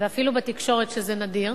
ואפילו בתקשורת, שזה נדיר,